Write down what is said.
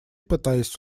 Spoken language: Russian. пытаясь